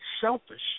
selfish